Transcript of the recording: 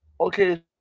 Okay